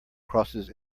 crosses